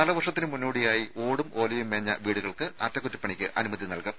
കാലവർഷത്തിന് മുന്നോടിയായി ഓടും ഓലയും മേഞ്ഞ വീടുകൾക്ക് അറ്റകുറ്റപ്പണിക്ക് അനുമതി നൽകും